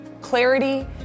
clarity